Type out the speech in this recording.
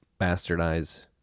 bastardize